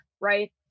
Right